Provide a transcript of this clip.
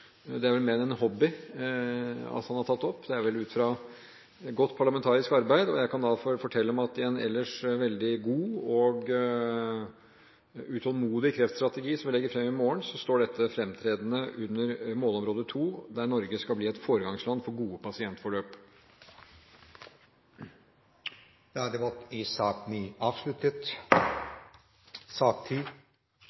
er vel mer enn ut fra en hobby at han har tatt det opp, det er vel ut fra godt, parlamentarisk arbeid. Jeg kan fortelle at i en ellers veldig god og utålmodig kreftstrategi, som vi legger fram i morgen, er dette fremtredende under målområde 2, der det står at Norge skal bli et foregangsland når det gjelder gode pasientforløp. Debatten i sak nr. 9 er avsluttet.